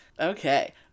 okay